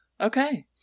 Okay